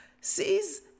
sees